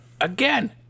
Again